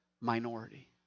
minority